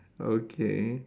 okay